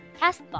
Castbox